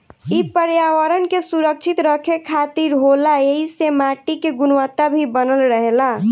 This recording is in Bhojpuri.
इ पर्यावरण के सुरक्षित रखे खातिर होला ऐइसे माटी के गुणवता भी बनल रहेला